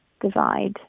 divide